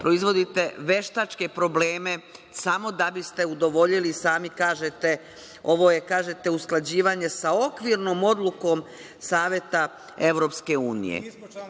proizvodite veštačke probleme samo da biste udovoljili, sami kažete, ovo je kažete – usklađivanje sa Okvirnom odlukom Saveta EU, sa